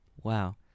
wow